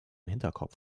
hinterkopf